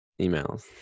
emails